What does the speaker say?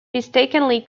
mistakenly